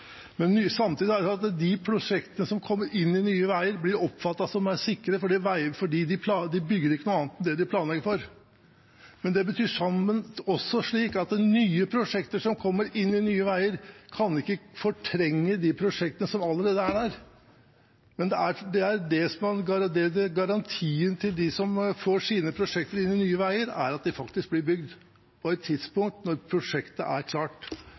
Samtidig er det sånn at de prosjektene som kommer inn i Nye Veier, blir oppfattet som mer sikre, for de bygger ikke noe annet enn det de planlegger for. Men det betyr også at nye prosjekter som kommer inn i Nye Veier, ikke kan fortrenge de prosjektene som allerede er der. Men det som er garantien for dem som får sine prosjekter inn i Nye Veier, er at de faktisk blir bygd – på et tidspunkt når prosjektet er klart.